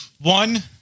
One